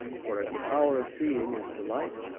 for as the power of seeing is to light,